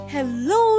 Hello